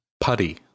Putty